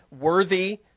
worthy